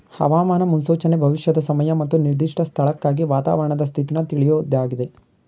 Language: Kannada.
ಹವಾಮಾನ ಮುನ್ಸೂಚನೆ ಭವಿಷ್ಯದ ಸಮಯ ಮತ್ತು ನಿರ್ದಿಷ್ಟ ಸ್ಥಳಕ್ಕಾಗಿ ವಾತಾವರಣದ ಸ್ಥಿತಿನ ತಿಳ್ಯೋದಾಗಿದೆ